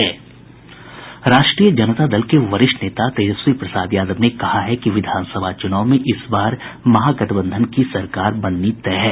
राष्ट्रीय जनता दल के वरिष्ठ नेता तेजस्वी प्रसाद यादव ने कहा है कि विधानसभा चुनाव में इस बार महागठबंधन की सरकार बननी तय है